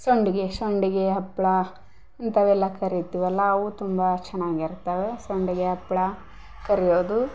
ಸಂಡಿಗೆ ಸಂಡ್ಗೆ ಹಪ್ಪಳ ಇಂಥವೆಲ್ಲ ಕರೀತಿವಲ್ವ ಅವೂ ತುಂಬ ಚೆನ್ನಾಗಿರ್ತವೆ ಸಂಡಿಗೆ ಹಪ್ಪಳ ಕರೆಯೋದು